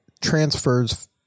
transfers